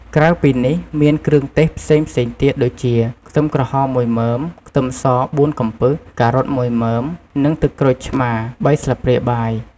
ក្រៅពីនេះ មានគ្រឿងទេសផ្សេងៗទៀតដូចជា ខ្ទឹមក្រហម មួយមើម ខ្ទឹមស បួនកំពឹស ការ៉ុតមួយមើម និងទឹកក្រូចឆ្មា បីស្លាបព្រាបាយ។